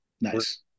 Nice